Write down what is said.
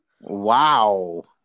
Wow